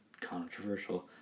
controversial